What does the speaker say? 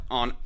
on